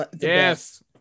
yes